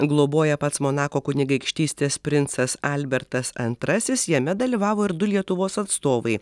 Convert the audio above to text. globoja pats monako kunigaikštystės princas albertas antrasis jame dalyvavo ir du lietuvos atstovai